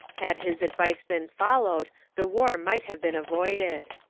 had his advice been followed the war might have been avoided.